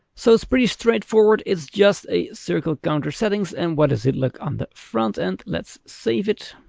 so it's pretty straightforward. it's just a circle counter settings. and what does it look on the front end, let's save it.